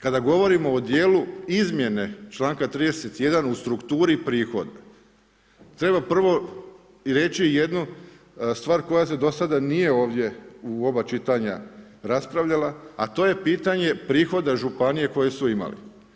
Kada govorimo o dijelu izmjene čl. 31. u strukturi prihoda treba prvo reći jednu stvar koja se dosada nije ovdje u oba čitanja raspravljala a to je pitanje prihoda županije koje su imali.